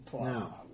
Now